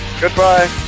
Goodbye